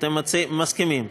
אתם מסכימים.